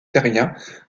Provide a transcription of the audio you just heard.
terriens